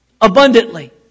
abundantly